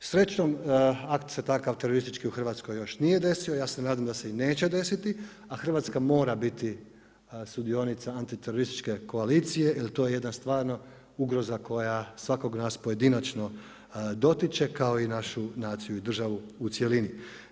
Srećom, akt se takav teroristički u Hrvatskoj još nije desio, ja se nadam da se i neće desiti, a Hrvatska mora biti sudionica antiterorističke koalicije jer to je jedna stvarno ugroza koja svakog nas pojedinačno dotiče kao i našu naciju i državu u cjelini.